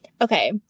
okay